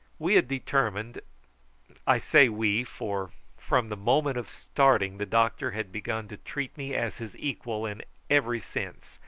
we had determined i say we, for from the moment of starting the doctor had begun to treat me as his equal in every sense,